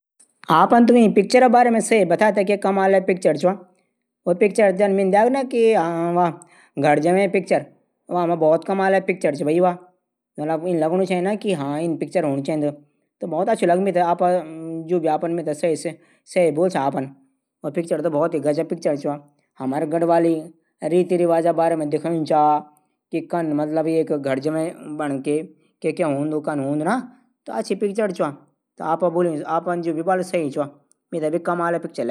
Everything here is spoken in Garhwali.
तुमर पडोसी पागल छन क्या वे दिन मी भुना छाई ऊं लौड बल छत बिटे ढुंगा फिंगुण छाई ऊक घार मा जब मेथे पता लगी झूठ झूठ बुना छाई मेथे लगदू तुमर पडोसी अजीब ही छन कभी कुछ बुलदन कभी कुछ बुलदन ऊक बात मेथे समझ ही नी आंदी और हर बात ऊ घुमे फिरे बुलदन। जां से तुमरी हमरी लडे ह्वे जा। इले मेथे ऊ बातों मा विश्वास नी आंदू।